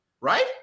Right